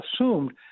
assumed